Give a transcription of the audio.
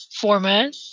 format